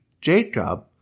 Jacob